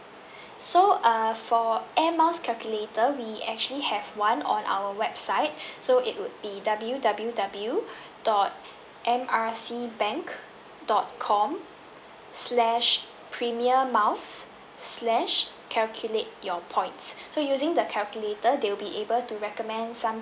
so err for air miles calculator we actually have one on our website so it would be W W W dot M R C bank dot com slash premier miles slash calculate your points so using the calculator they'll be able to recommend some